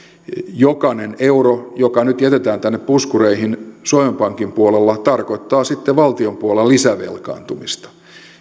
jokainen euro joka nyt jätetään tänne puskureihin suomen pankin puolella tarkoittaa sitten valtion puolella lisävelkaantumista